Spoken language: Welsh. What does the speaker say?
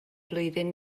flwyddyn